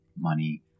money